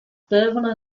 thermal